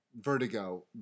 vertigo